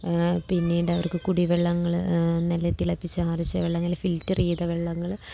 പിന്നീടവർക്ക് കുടിവെള്ളങ്ങൾ നല്ല തിളപ്പിച്ചാറിച്ച വെള്ളങ്ങൾ ഫിൽറ്റർ ചെയ്ത വെള്ളങ്ങൾ